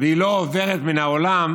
ולא עוברת מן העולם,